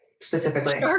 specifically